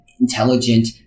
intelligent